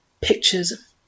pictures